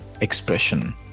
expression